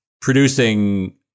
producing